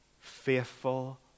faithful